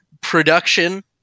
production